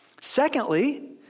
Secondly